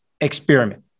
experiment